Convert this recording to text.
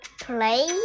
play